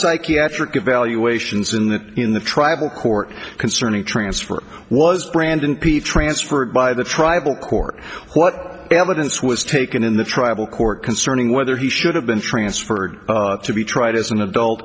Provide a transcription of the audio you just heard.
psychiatric evaluations in the in the tribal court concerning transfer was brandon p transferred by the tribal court what evidence was taken in the tribal court concerning whether he should have been transferred to be tried as an adult